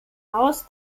aus